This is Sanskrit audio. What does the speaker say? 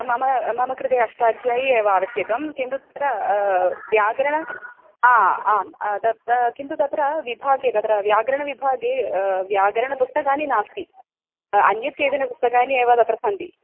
मम मम कृते अष्टाध्यायी एव आवश्यकं किन्तु तत्र व्याकरणम् आ आम् किन्तु तत्र विभागे तत्र व्याकरणविभागे व्याकरणपुस्तकानि नास्ति अन्यत् केचन पुस्तकानि एव तत्र सन्ति